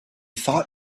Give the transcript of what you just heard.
thought